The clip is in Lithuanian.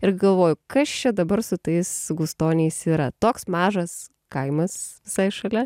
ir galvoju kas čia dabar su tais gustoniais yra toks mažas kaimas visai šalia